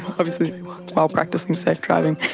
obviously while practising safe driving,